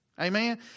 Amen